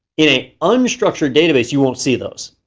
in a unstructured database, you won't see those,